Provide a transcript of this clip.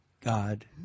God